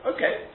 Okay